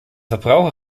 verbraucher